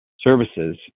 services